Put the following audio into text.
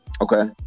okay